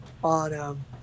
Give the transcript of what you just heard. On